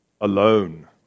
alone